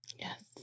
Yes